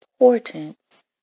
importance